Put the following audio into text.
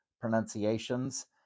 pronunciations